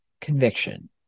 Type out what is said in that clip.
conviction